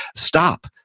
stop,